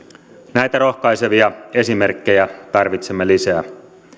näitä rohkaisevia esimerkkejä tarvitsemme lisää